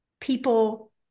people